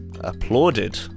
applauded